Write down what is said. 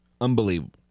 Unbelievable